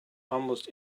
almost